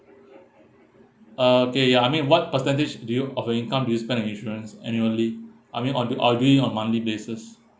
uh okay ya I mean what percentage do you of your income do you spend on insurance annually I mean I'll do~ I'll do it on monthly basis